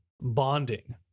bonding